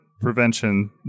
prevention